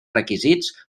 requisits